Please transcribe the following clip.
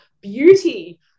beauty